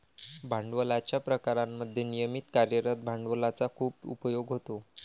भांडवलाच्या प्रकारांमध्ये नियमित कार्यरत भांडवलाचा खूप उपयोग होतो